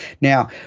Now